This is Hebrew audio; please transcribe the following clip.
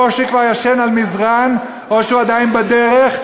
או שהוא כבר ישן על מזרן או שהוא עדיין בדרך,